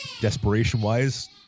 desperation-wise